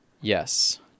Yes